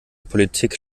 politik